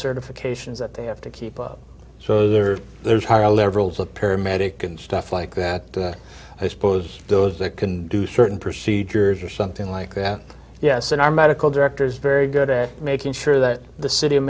certifications that they have to keep up so there's higher levels of paramedic and stuff like that i suppose those that can do certain procedures or something like that yes in our medical directors very good at making sure that the city